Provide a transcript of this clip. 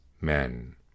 men